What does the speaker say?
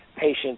patients